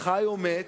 חי או מת,